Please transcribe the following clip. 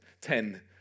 ten